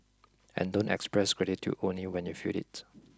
and don't express gratitude only when you feel it